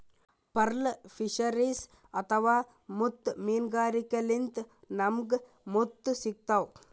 pearl fisheries ಅಥವಾ ಮುತ್ತ್ ಮೀನ್ಗಾರಿಕೆಲಿಂತ್ ನಮ್ಗ್ ಮುತ್ತ್ ಸಿಗ್ತಾವ್